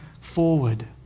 forward